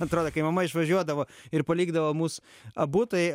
man atrodo kai mama išvažiuodavo ir palikdavo mus abu tai